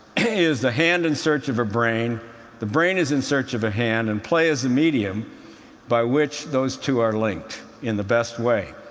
is the hand in search of a brain the brain is in search of a hand and play is the medium by which those two are linked in the best way.